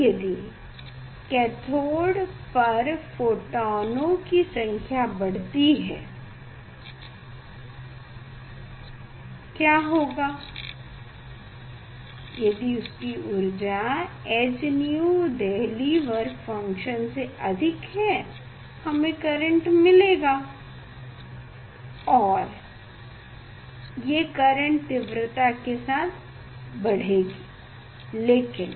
तो यदि कैथोड़ पर फोटोनों की संख्या बढ़ती है क्या होगा यदि उसकी ऊर्जा h𝛎 देहली वर्क फंक्शन से अधिक है हमें करेंट मिलेगा और ये करेंट तीव्रता के साथ बढ़ेगी लेकिन यदि लाल प्रकाश जैसा मैंने दिखाया था 578nm तरंगदैढ्र्य उस पर हमें 0 करेंट मिलता है